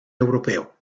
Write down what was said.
europeo